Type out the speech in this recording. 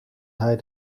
hij